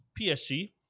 PSG